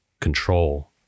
control